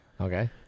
Okay